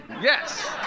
Yes